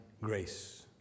grace